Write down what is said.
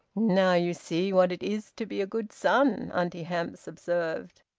now you see what it is to be a good son! auntie hamps observed.